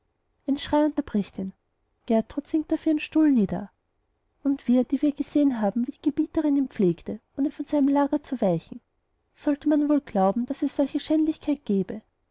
ein schrei unterbricht ihn gertrud sinkt auf den stuhl nieder und wir die wir gesehen haben wie die gebieterin ihn pflegte ohne von seinem lager zu weichen sollte man wohl glauben daß es solche schändlichkeit gäbe